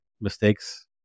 mistakes